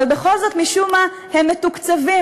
אבל בכל זאת משום מה הם מתוקצבים.